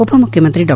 ಉಪಮುಖ್ಖಮಂತ್ರಿ ಡಾ